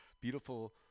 beautiful